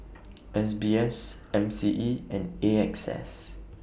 S B S M C E and A X S